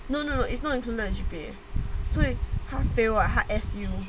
no no it's not included into the G_P_A if 他 fail right 他